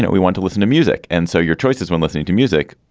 we want to listen to music. and so your choices when listening to music,